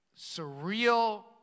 surreal